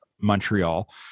Montreal